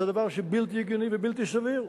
זה דבר שהוא בלתי הגיוני ובלתי סביר.